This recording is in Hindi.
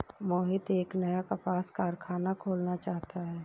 मोहित एक नया कपास कारख़ाना खोलना चाहता है